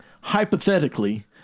hypothetically